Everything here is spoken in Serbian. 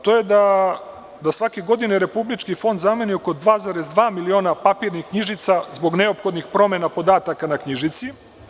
To je da svake godine Republički fonda zameni negde oko 2,2 papirnih knjižica zbog neophodnih promena podataka na knjižici.